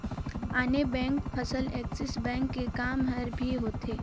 आने बेंक फसल Axis bank के काम हर भी होथे